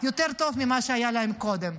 יותר טוב ממה שהיה להם קודם.